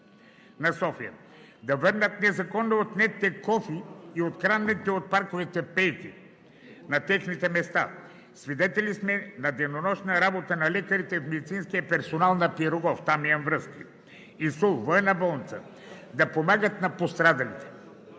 на София, да върнат незаконно отнетите кофи и откраднатите от парковете пейки на техните места. Свидетели сме на денонощна работа на лекарите и медицинския персонал на „Пирогов“ – там имам връзки, ИСУЛ, Военна болница, да помагат на пострадалите.